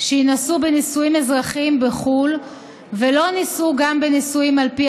שיינשאו בנישואים אזרחיים בחו"ל ולא נישאו גם בנישואים על פי